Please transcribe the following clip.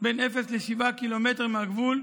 בין אפס ל-7 קילומטר מהגבול,